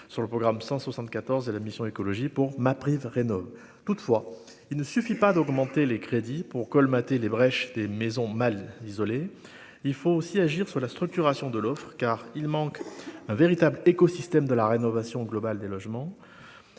sur le programme 174 et la mission Écologie pour ma prise rénovent toutefois, il ne suffit pas d'augmenter les crédits pour colmater les brèches des maisons mal isolées, il faut aussi agir sur la structuration de l'offre car il manque un véritable écosystème de la rénovation globale des logements,